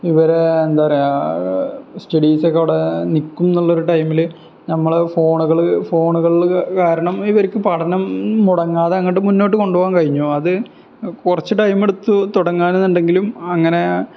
ഇവരെ എന്താണു പറയുക സ്റ്റഡീസൊക്കെ അവിടെ നില്ക്കുന്നൊള്ളൊരു ടൈമില് നമ്മള് ഫോണുകളില് കാരണം ഇവർക്ക് പഠനം മുടങ്ങാതെ അങ്ങോട്ട് മുന്നോട്ട് കൊണ്ടുപോകാൻ കഴിഞ്ഞു അത് കുറച്ച് ടൈമെടുത്തു തുടങ്ങാന് എന്നുണ്ടെങ്കിലും അങ്ങനെ